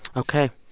ok.